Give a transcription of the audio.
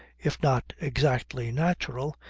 if not exactly natural,